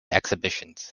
exhibitions